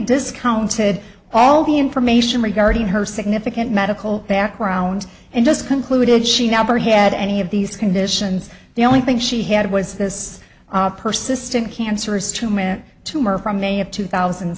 discounted all the information regarding her significant medical background and just concluded she never had any of these conditions the only thing she had was this persistent cancerous tumor and tumor from may of two thousand